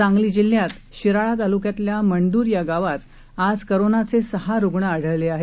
सांगली जिल्ह्यात शिराळा तालुक्यातल्या मणदूर या गावात आज कोरोना विषाणूचे सहा रुग्ण आढळले आहेत